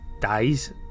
dies